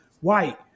white